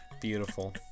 Beautiful